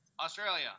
australia